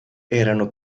erano